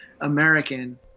American